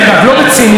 לא בציניות,